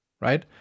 right